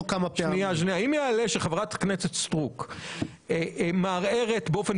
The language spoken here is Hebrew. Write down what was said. אם יעלה שחברת הכנסת סטרוק מערערת באופן